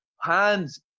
Hands